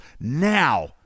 now